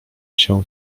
się